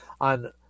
on